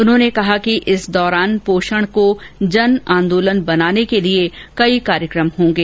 उन्होंने कह कि पोषण को जन आंदोलन बनाने के लिए कई कार्यक्रम होंगे